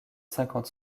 cinquante